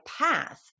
path